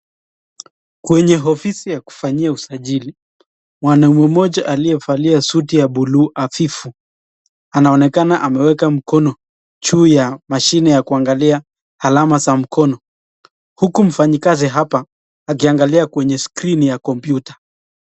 Kwenye ofisi ya kufanyia usajili mwanaume mmoja aliyevalia suti ya buluu hafifu anaonekana ameweka mkono juu ya mashine ya kuangalia alama za mkono huku mfanyikazi hapa akiangalia kwenye skrini ya kompyuta.